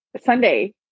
Sunday